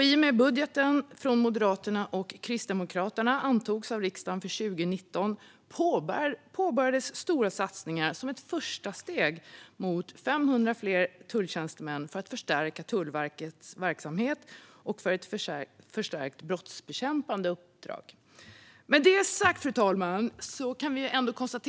I och med att budgeten från Moderaterna och Kristdemokraterna antogs av riksdagen för 2019 påbörjades stora satsningar som ett första steg mot 500 fler tulltjänstemän för att förstärka Tullverkets verksamhet och dess brottsbekämpande uppdrag. Fru talman!